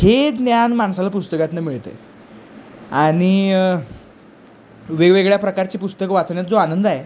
हे ज्ञान माणसाला पुस्तकातून मिळत आहे आणि वेगवेगळ्या प्रकारचे पुस्तकं वाचण्यात जो आनंद आहे